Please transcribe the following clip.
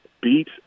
beat